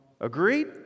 Agreed